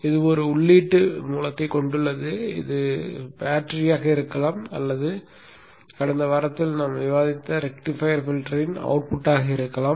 இது ஒரு உள்ளீட்டு மூலத்தைக் கொண்டுள்ளது இது பேட்டரியாக இருக்கலாம் அல்லது கடந்த வாரத்தில் நாம்விவாதித்த ரெக்டிஃபையர் ஃபில்டரின் அவுட்புட்டாக இருக்கலாம்